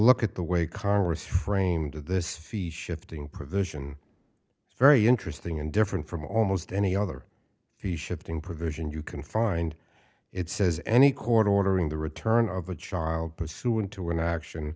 look at the way congress framed this fee shifting provision very interesting and different from almost any other the shifting provision you can find it says any court ordering the return of a child pursuant to an action